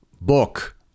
book